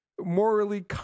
Morally